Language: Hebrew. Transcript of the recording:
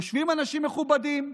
יושבים אנשים מכובדים,